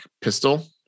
pistol